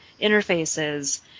interfaces